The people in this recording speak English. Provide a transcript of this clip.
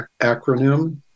acronym